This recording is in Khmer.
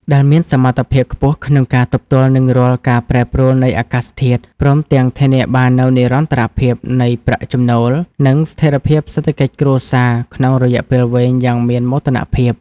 ដែលមានសមត្ថភាពខ្ពស់ក្នុងការទប់ទល់នឹងរាល់ការប្រែប្រួលនៃអាកាសធាតុ ព្រមទាំងធានាបាននូវនិរន្តរភាពនៃប្រាក់ចំណូល និងស្ថិរភាពសេដ្ឋកិច្ចគ្រួសារក្នុងរយៈពេលវែងយ៉ាងមានមោទនភាព។